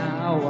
Now